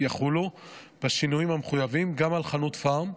יחולו בשינויים המחויבים גם על חנות פארם,